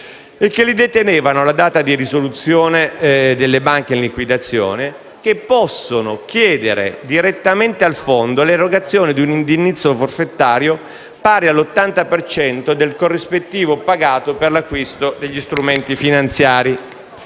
e che li detenevano alla data di risoluzione delle banche in liquidazione, che possono chiedere direttamente al fondo l'erogazione di un indennizzo forfetario pari all'80 per cento del corrispettivo pagato per l'acquisto degli strumenti finanziari,